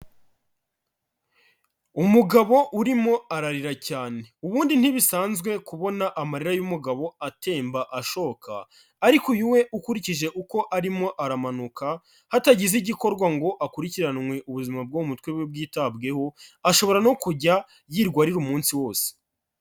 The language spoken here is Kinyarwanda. Umugabo urimo ararira cyane, ubundi ntibisanzwe kubona amarira y'umugabo atemba ashoka, ariko uyu we ukurikije uko arimo aramanuka, hatagize igikorwa ngo akurikiranwe ubuzima bwe bwo mutwe bwitabweho, ashobora no kujya yirirwa arira umunsi wose.